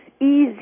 easy